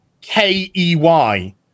K-E-Y